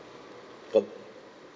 the